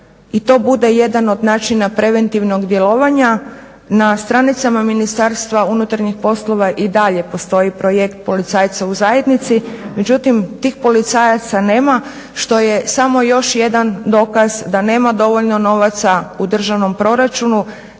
i to bude jedan od načina preventivnog djelovanja. Na stranicama Ministarstva unutarnjih poslova i dalje postoji Projekt policajca u zajednici, međutim tih policajaca nema što je samo još jedan dokaz da nema dovoljno novaca u državnom proračunu